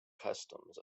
customs